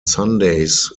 sundays